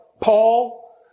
Paul